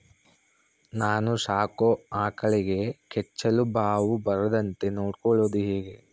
ನಾನು ಸಾಕೋ ಆಕಳಿಗೆ ಕೆಚ್ಚಲುಬಾವು ಬರದಂತೆ ನೊಡ್ಕೊಳೋದು ಹೇಗೆ?